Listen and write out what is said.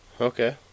Okay